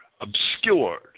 obscured